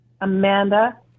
Amanda